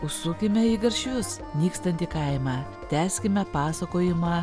užsukime į garšvius nykstantį kaimą tęskime pasakojimą